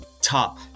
Top